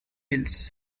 else